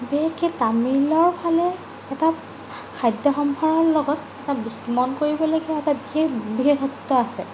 বিশেষকে তামিলৰ ফালে এটা খাদ্যসম্ভাৰৰ লগত এটা মন কৰিবলগীয়া এটা বিশেষ বিশেষত্ব আছে